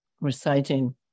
reciting